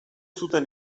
zuten